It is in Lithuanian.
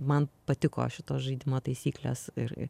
man patiko šito žaidimo taisyklės ir